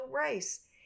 race